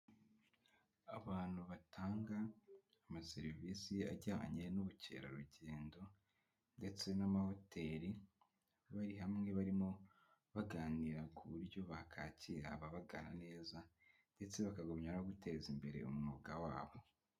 Abantu batanga amaserivisi ajyanye n'ubukerarugendo ndetse n'amahoteri bari hamwe barimo baganira ku buryo bakakira ababagana neza ndetse bakagumya no guteza imbere umwuga wabo.